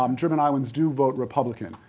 um german iowans do vote republican.